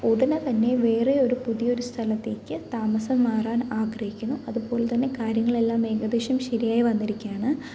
ഉടനെ തന്നെ വേറെ ഒരു പുതിയൊരു സ്ഥലത്തേക്ക് താമസം മാറാൻ ആഗ്രഹിക്കുന്നു അതുപോലെ തന്നെ കാര്യങ്ങളെല്ലാം ഏകദേശം ശരിയായി വന്നിരിക്കുകയാണ്